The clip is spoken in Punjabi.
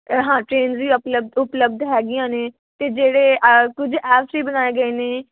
ਅ ਹਾਂ ਟ੍ਰੇਨਸ ਵੀ ਅਪਲਬ ਉਪਲੱਬਧ ਹੈਗੀਆਂ ਨੇ ਅਤੇ ਜਿਹੜੇ ਕੁਝ ਐਪਸ ਵੀ ਬਣਾਏ ਗਏ ਨੇ